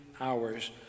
Hours